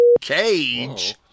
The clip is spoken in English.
Cage